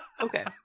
Okay